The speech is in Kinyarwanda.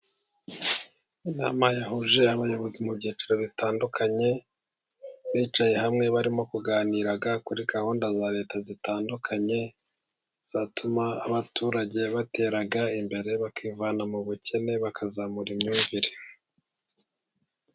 Inama yahuje abayobozi mu byiciro bitandukanye, bicaye hamwe barimo kuganira kuri gahunda za Leta zitandukanye, zatuma abaturage batera imbere, bakivana mu bukene bakazamura imyumvire.